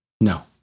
No